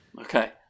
okay